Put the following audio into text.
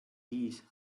viis